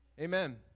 Amen